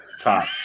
top